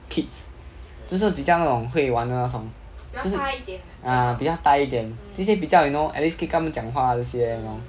kids 就是比较那种会玩的那种就是 ah 比较大一点这些比较 you know at least 可以跟他们讲话这些吗